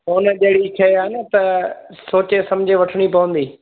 सोन जहिड़ी शइ आहे न त सोचे सम्झे वठणी पवंदी